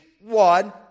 one